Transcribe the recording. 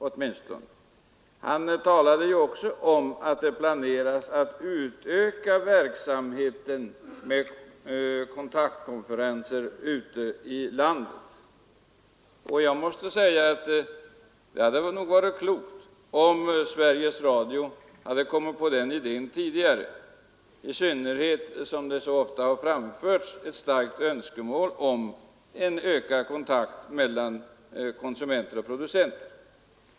Han talade nämligen också om att Sveriges Radio planerar att utöka verksamheten med kontaktkonferenser ute i landet. Det hade nog varit klokt om Sveriges Radio kommit på denna idé tidigare, i synnerhet som det så ofta har framförts ett starkt önskemål om en ökad kontakt mellan konsumenter och producenter.